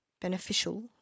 beneficial